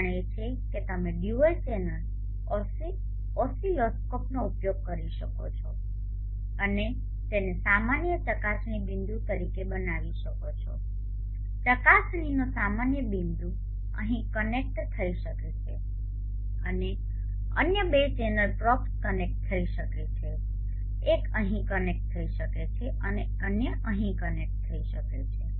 કારણ એ છે કે તમે ડ્યુઅલ ચેનલ ઓસિલોસ્કોપનો ઉપયોગ કરી શકો છો અને તેને સામાન્ય ચકાસણી બિંદુ તરીકે બનાવી શકો છો ચકાસણીનો સામાન્ય બિંદુ અહીં કનેક્ટ થઈ શકે છે અને અન્ય બે ચેનલ પ્રોબ્સ કનેક્ટ થઈ શકે છે એક અહીં કનેક્ટ થઈ શકે છે અને અન્ય અહીં કનેક્ટ થઈ શકે છે